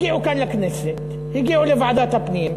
הגיעו כאן לכנסת, הגיעו לוועדת הפנים,